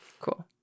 Cool